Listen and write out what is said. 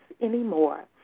anymore